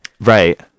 right